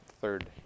third